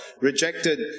rejected